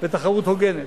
ותחרות הוגנת.